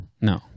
no